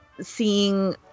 seeing